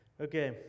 Okay